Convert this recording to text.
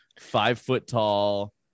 five-foot-tall